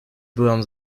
byłam